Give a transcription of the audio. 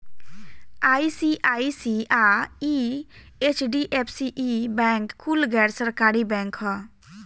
ICICI, HDFC, ई bank कुल गैर सरकारी बैंक ह